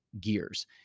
gears